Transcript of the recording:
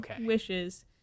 wishes